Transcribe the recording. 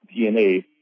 DNA